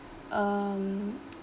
um